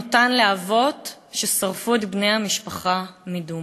הן אותן להבות ששרפו את בני המשפחה מדומא.